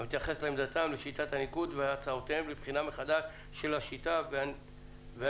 המתייחס לעמדתם לשיטת הניקוד והצעותיהם לבחינה מחדש של השיטה והנקודות.